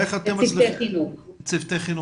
צוותי חינוך.